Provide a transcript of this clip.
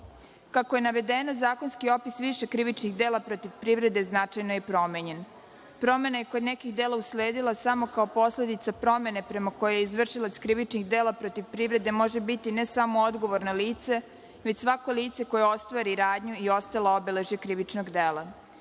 Kako je navedeno zakonski opis više krivičnih dela protiv privrede, značajno je promenjen. Promena je kod nekih dela usledila samo kao posledica promene prema kojoj je izvršilac krivičnih dela protiv privrede može biti ne samo odgovorno lice, već svako lice koje ostvari radnju i ostalo obeležje krivičnog dela. Kod